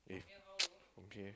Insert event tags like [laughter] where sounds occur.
eh [noise] okay